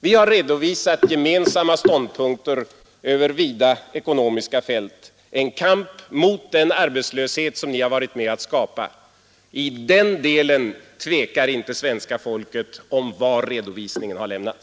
Vi har redovisat gemensamma ståndpunkter över vida ekonomiska fält, en kamp mot den arbetslöshet som ni har varit med om att skapa. I den delen tvekar inte svenska folket om var redovisningen har lämnats.